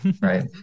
Right